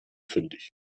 fündig